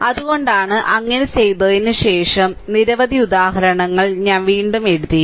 അതുകൊണ്ടാണ് അങ്ങനെ ചെയ്തതിന് ശേഷം നിരവധി ഉദാഹരണങ്ങൾ ഞാൻ വീണ്ടും എഴുതിയില്ല